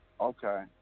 Okay